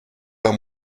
pas